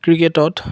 ক্ৰিকেটত